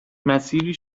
مسیری